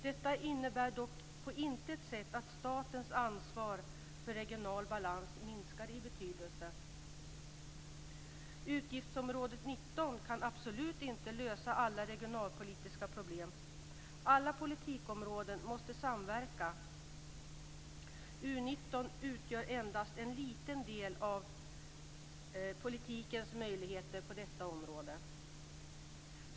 Detta innebär dock på intet sätt att statens ansvar för regional balans minskar i betydelse. Utgiftsområde 19 kan absolut inte lösa alla regionalpolitiska problem. Alla politikområden måste samverka. Utgiftsområde 19 utgör endast en liten del av politikens möjligheter på detta område.